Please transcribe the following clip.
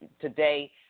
today